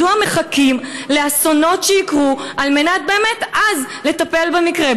מדוע מחכים שיקרו אסונות על מנת באמת לטפל אז במקרה?